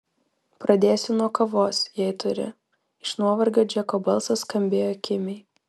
pradėsiu nuo kavos jei turi iš nuovargio džeko balsas skambėjo kimiai